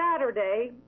Saturday